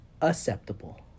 Acceptable